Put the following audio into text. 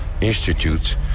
institutes